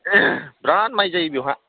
बिराद माइ जायो बेयावहाय